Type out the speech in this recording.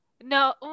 no